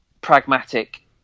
pragmatic